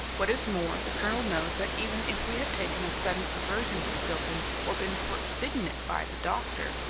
what is more, the colonel knows that even if we had taken a sudden aversion to stilton or been forbidden it by the doctor,